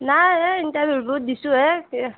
নাই এই ইণ্টাৰভিউবোৰ দিছোঁহে এয়া